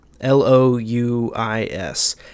l-o-u-i-s